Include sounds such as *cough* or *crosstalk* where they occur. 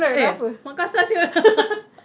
eh mak kau asal [siol] *laughs*